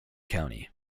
county